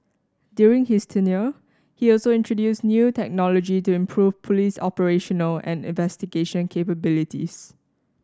during his tenure he also introduced new technology to improve police operational and investigation capabilities